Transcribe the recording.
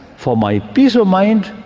for my peace of mind,